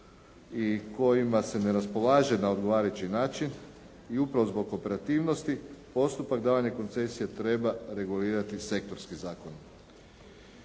i kojima se ne raspolaže na odgovarajući način i upravo zbog operativnosti postupak davanja koncesije treba regulirati sektorskim zakonom.